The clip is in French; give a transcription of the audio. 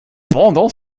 pendant